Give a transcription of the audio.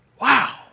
Wow